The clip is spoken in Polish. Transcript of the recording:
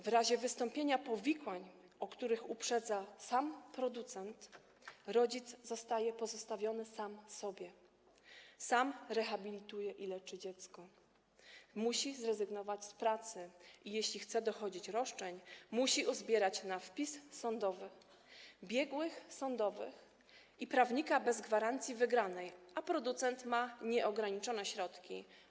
W razie wystąpienia powikłań, o których uprzedza sam producent, rodzic jest pozostawiony sam sobie, sam rehabilituje i leczy dziecko, musi zrezygnować z pracy i jeśli chce dochodzić roszczeń, musi uzbierać na wpis sądowy, biegłych sądowych i prawnika bez gwarancji wygranej, a producent ma nieograniczone środki.